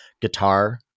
guitar